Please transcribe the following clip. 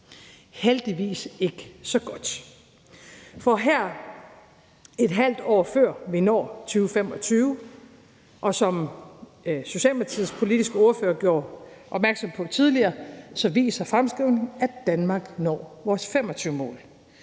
Heldigvis ikke så godt, for her et halvt år før, vi når 2025 – og som Socialdemokratiets politiske ordfører gjorde opmærksom på tidligere – viser fremskrivningen, at Danmark når vores 2025-mål.